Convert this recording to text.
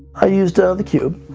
i used ah the cube.